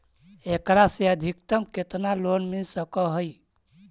एकरा से अधिकतम केतना लोन मिल सक हइ?